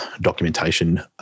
documentation